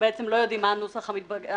בעצם לא יודעים מה הנוסח המתגבש,